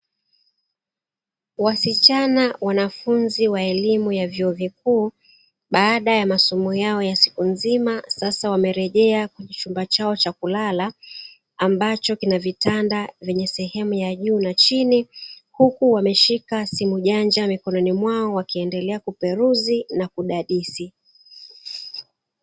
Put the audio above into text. Wasichana wanafuzi wa elimu ya vyuo vikuu baada ya masomo yao ya siku nzima sasa wamelejea chumba chao cha kulala, ambacho kinavitanda vyenye sehemu ya juu na chini, huku wameshika simu janja mikononi mwao wakiendelea kuperuzi na kudadisi.